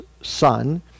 son